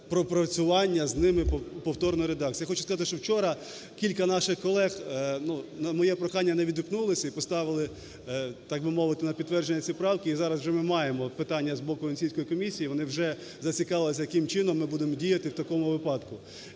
пропрацювання з ними повторної редакції. Я хочу сказати, що вчора кілька наших колег на моє прохання не відгукнулись і поставили, так би мовити, на підтвердження ці правки. І зараз вже ми маємо питання з боку Венеційської комісії. Вони вже зацікавились, яким чином ми будемо діяти в такому випадку.